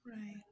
right